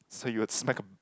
so you will smack them